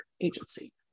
agency